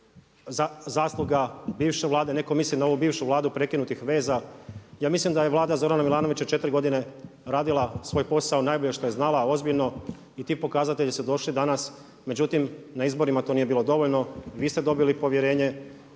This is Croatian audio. Vlade, netko misli na ovu bivšu Vladu prekinutih veza, ja mislim da je Vlada Zorana Milanovića 4 godine radila svoj posao najbolje što je znala, ozbiljno i ti pokazatelji su došli danas, međutim na izborima to nije bilo dovoljno. Vi ste dobili povjerenje